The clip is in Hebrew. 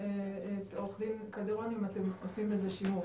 עורך הדין קלדרון אם אתם עושים בזה שימוש.